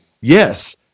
Yes